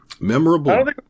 Memorable